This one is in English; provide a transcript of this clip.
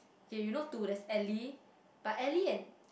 okay you know to there's Ellie but Ellie and